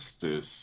justice